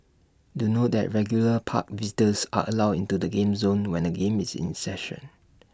do note that regular park visitors are allowed into the game zone when A game is in session